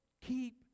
keep